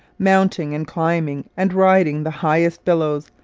mounting and climbing and riding the highest billows,